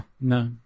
no